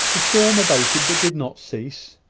the storm abated, but did not cease.